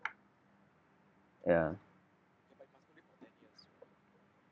ya